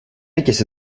ikisi